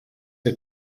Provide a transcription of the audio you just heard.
der